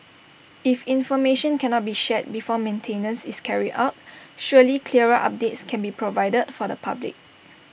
if information cannot be shared before maintenance is carried out surely clearer updates can be provided for the public